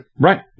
Right